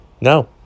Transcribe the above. No